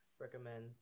recommend